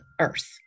Earth